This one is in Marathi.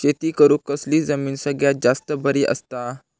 शेती करुक कसली जमीन सगळ्यात जास्त बरी असता?